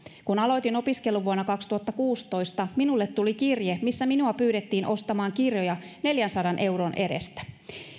kun aloitin opiskelun vuonna kaksituhattakuusitoista minulle tuli kirje missä minua pyydettiin ostamaan kirjoja neljänsadan euron edestä